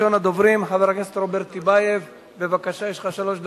מס' 7062, 7064, 7092, 7109, 7124, 7132, 7149